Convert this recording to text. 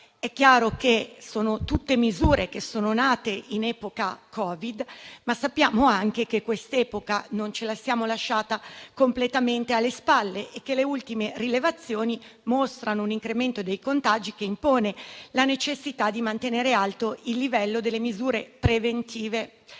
chiaramente di misure nate in epoca Covid, ma sappiamo che quest'epoca non ce la siamo lasciata completamente alle spalle e che le ultime rilevazioni mostrano un incremento dei contagi che impone la necessità di mantenere alto il livello delle misure preventive.